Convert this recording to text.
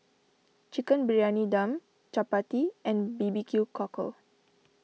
Chicken Briyani Dum Chappati and B B Q Cockle